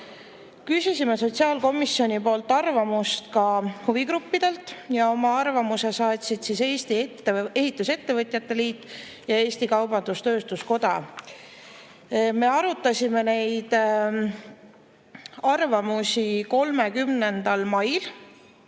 laekunud. Sotsiaalkomisjon küsis arvamust ka huvigruppidelt. Oma arvamuse saatsid Eesti Ehitusettevõtjate Liit ja Eesti Kaubandus-Tööstuskoda. Me arutasime neid arvamusi 30. mail.